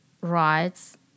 rights